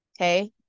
Okay